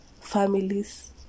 families